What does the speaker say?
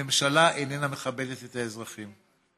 הממשלה אינה מכבדת את האזרחים.